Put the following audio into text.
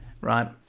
right